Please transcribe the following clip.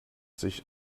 sich